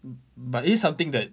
but is it something that